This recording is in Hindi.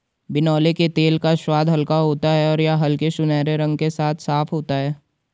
बिनौले के तेल का स्वाद हल्का होता है और यह हल्के सुनहरे रंग के साथ साफ होता है